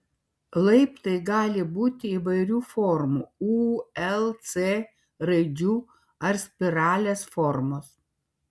laiptai gali būti įvairių formų u l c raidžių ar spiralės formos